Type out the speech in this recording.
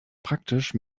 praktisch